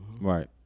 Right